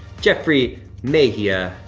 jeffrey mejia,